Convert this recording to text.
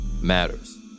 matters